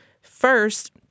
First